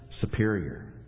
superior